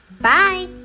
Bye